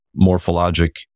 morphologic